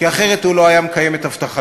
כי אחרת הוא לא היה מקיים את הבטחתו.